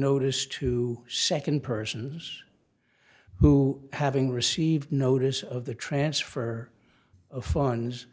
notice to second persons who having received notice of the transfer of funds